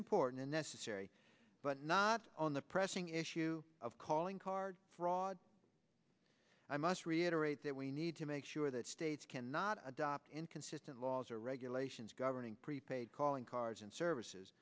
important and necessary but not on the pressing issue of calling card fraud i must reiterate that we need to make sure that states cannot adopt inconsistent laws or regulations governing prepaid calling cards and services